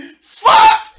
Fuck